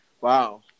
Wow